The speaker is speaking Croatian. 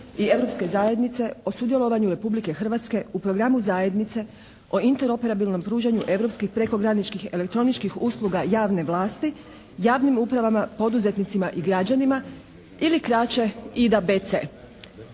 i Europske zajednice o sudjelovanju Republike Hrvatske u programu zajednice o interoperabilnom pružanju europskih prekograničnih elektroničkih usluga javne vlasti javnim upravama, poduzetnicima i građanima ili kraće IDBC.